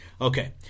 Okay